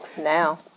now